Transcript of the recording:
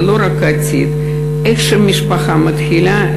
זה לא רק עתיד איך שמשפחה מתחילה,